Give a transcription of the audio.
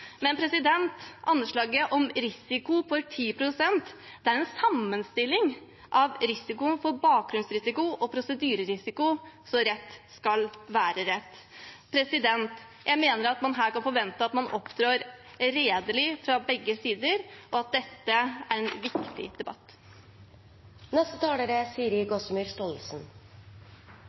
men anslaget om risiko på 10 pst. er jo en sammenstilling av bakgrunnsrisiko og prosedyrerisiko – rett skal være rett. Jeg mener at man her kan forvente at man opptrer redelelig fra begge sider, og at dette er viktig debatt.